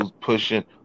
pushing